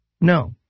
No